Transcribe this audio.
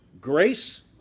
grace